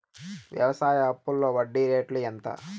వ్యవసాయ అప్పులో వడ్డీ రేట్లు ఎంత?